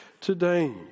today